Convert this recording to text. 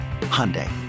Hyundai